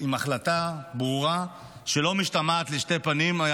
עם החלטה ברורה שלא משתמעת לשתי פנים,